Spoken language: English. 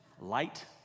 light